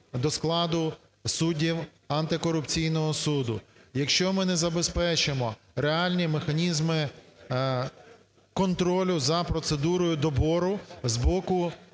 до складу суддів антикорупційного суду, якщо ми не забезпечимо реальні механізми контролю за процедурою добору з боку